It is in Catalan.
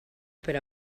per